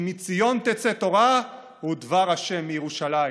כי מציון תצא תורה ודבר ה' מירושלים.